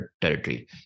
territory